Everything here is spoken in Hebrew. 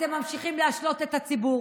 אתם ממשיכים להשלות את הציבור,